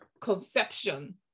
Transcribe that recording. conception